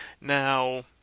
Now